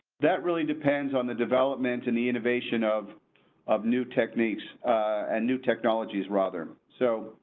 that really depends on the development and the innovation of of new techniques and new technologies rather. so.